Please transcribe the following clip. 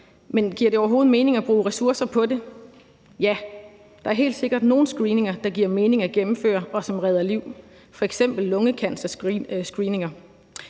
men giver det overhovedet mening at bruge ressourcer på det? Ja, der er helt sikkert nogle screeninger, der giver mening at gennemføre, og som redder liv, f.eks. lungecancerscreeninger.